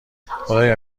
خدایا